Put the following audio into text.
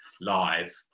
live